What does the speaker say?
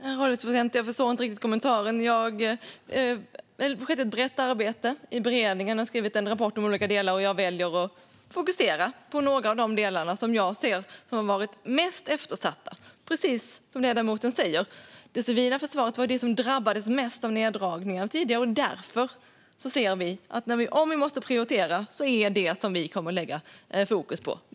Herr ålderspresident! Jag förstår inte riktigt kommentaren. Det har skett ett brett arbete i beredningen, som har skrivit en rapport om olika delar. Jag väljer att fokusera på några av de delar som jag ser har varit mest eftersatta. Precis som ledamoten säger var det civila försvaret det som drabbades mest av neddragningar tidigare. Om vi måste prioritera är det detta som vi kommer att lägga fokus på.